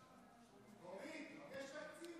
אורית, יש תקציב.